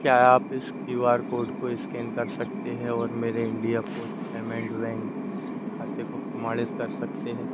क्या आप इस क्यू आर कोड को इस्कैन कर सकते हैं और मेरे इंडिया पोस्ट पेमेंट बैंक खाते को प्रमाणित कर सकते हैं